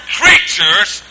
creatures